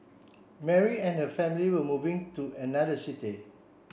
Mary and her family were moving to another city